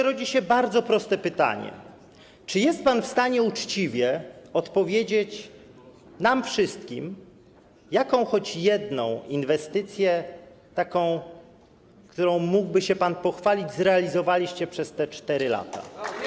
Rodzi się bardzo proste pytanie: Czy jest pan w stanie uczciwie powiedzieć nam wszystkim, jaką, choć jedną inwestycję - taką, którą mógłby się pan pochwalić - zrealizowaliście przez te 4 lata?